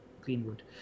Greenwood